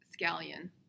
scallion